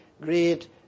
great